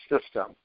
system